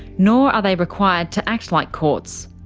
nor are they required to act like courts,